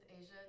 Asia